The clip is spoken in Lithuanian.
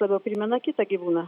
labiau primena kitą gyvūną